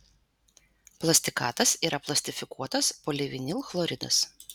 plastikatas yra plastifikuotas polivinilchloridas